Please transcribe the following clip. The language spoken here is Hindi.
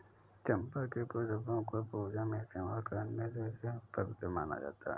चंपा के पुष्पों को पूजा में इस्तेमाल करने से इसे पवित्र माना जाता